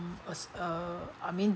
as uh I mean